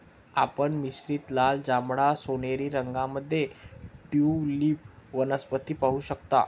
आपण मिश्रित लाल, जांभळा, सोनेरी रंगांमध्ये ट्यूलिप वनस्पती पाहू शकता